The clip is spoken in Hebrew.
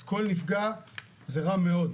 אז כל נפגע זה רע מאוד.